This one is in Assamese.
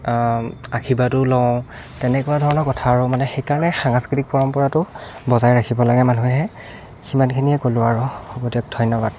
আশীৰ্বাদো লওঁ তেনেকুৱা ধৰণৰ কথা আৰু মানে সেইকাৰণে সাংস্কৃতিক পৰম্পৰাটো বচাই ৰাখিব লাগে মানুহে সিমানখিনিয়ে ক'লোঁ আৰু হ'ব দিয়ক ধন্যবাদ